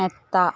മെത്ത